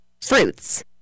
FRUITS